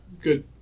Good